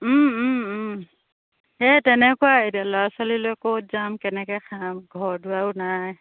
সেই তেনেকুৱা এতিয়া ল'ৰা ছোৱালী লৈ ক'ত যাম কেনেকৈ খাম ঘৰ দুৱাৰো নাই